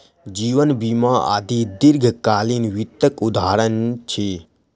जीवन बीमा आदि दीर्घकालीन वित्तक उदहारण अछि